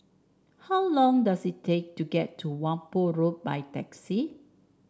how long does it take to get to Whampoa Road by taxi